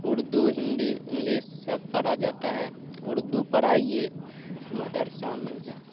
Urdu Hindi English سب پڑھا جاتا ہے اردو پڑھائیے مدرسام میں ج